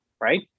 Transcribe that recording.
right